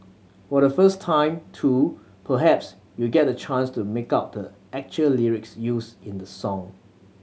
for the first time too perhaps you'll get the chance to make out the actual lyrics used in the song